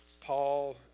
Paul